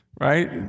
Right